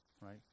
Right